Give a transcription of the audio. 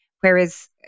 Whereas